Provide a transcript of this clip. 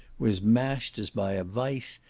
was mashed as by a vice,